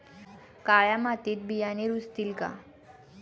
काळ्या मातीत बियाणे रुजतील का?